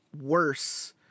worse